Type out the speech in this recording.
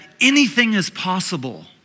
anything-is-possible